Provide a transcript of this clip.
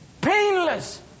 Painless